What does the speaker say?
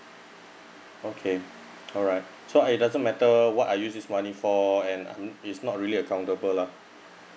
okay alright so it doesn't matter what I use this money for and mm it's not really accountable lah